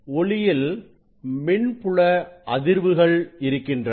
ஒளியில் மின்புல அதிர்வுகள் இருக்கின்றன